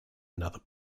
another